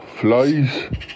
flies